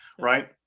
right